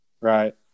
right